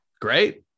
Great